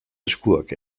eskuak